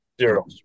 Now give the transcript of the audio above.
zero